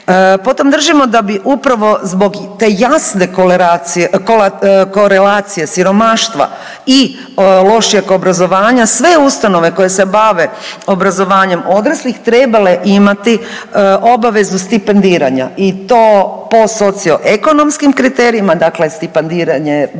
Potom držimo da bi upravo zbog te jasne korelacije siromaštva i lošijeg obrazovanja sve ustanove koje se bave obrazovanjem odraslih trebale imati obavezu stipendiranja i to po socio-ekonomskim kriterijima, dakle stipandiranje ljudi sa